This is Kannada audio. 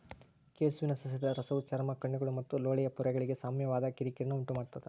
ಕೆಸುವಿನ ಸಸ್ಯದ ರಸವು ಚರ್ಮ ಕಣ್ಣುಗಳು ಮತ್ತು ಲೋಳೆಯ ಪೊರೆಗಳಿಗೆ ಸೌಮ್ಯವಾದ ಕಿರಿಕಿರಿನ ಉಂಟುಮಾಡ್ತದ